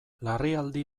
larrialdi